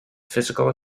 physical